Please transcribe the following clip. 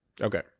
okay